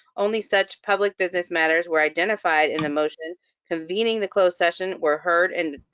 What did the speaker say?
only such public business matters were identified in the motion convening the closed session were heard, and